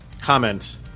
comment